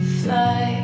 fly